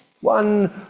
one